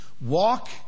Walk